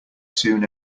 soon